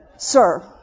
Sir